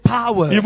power